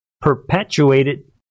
perpetuated